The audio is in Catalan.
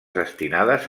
destinades